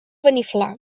beniflà